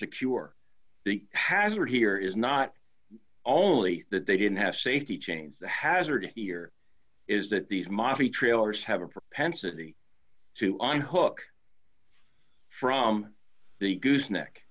secure the hazard here is not only that they didn't have safety change the hazard here is that these mafia trailers have a propensity to on hook from the gooseneck